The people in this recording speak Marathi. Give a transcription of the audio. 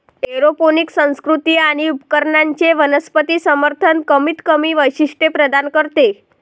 एरोपोनिक संस्कृती आणि उपकरणांचे वनस्पती समर्थन कमीतकमी वैशिष्ट्ये प्रदान करते